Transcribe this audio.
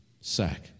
sack